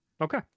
Okay